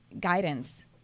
guidance